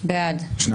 פעם לא היו אנשים כמוך.